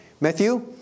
Matthew